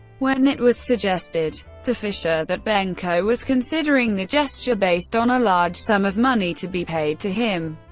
when it was suggested to fischer that benko was considering the gesture based on a large sum of money to be paid to him,